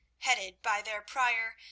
headed by their prior,